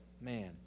man